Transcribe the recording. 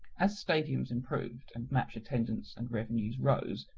as stadiums improved and match attendance and revenues rose,